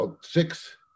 six